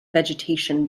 vegetation